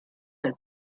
had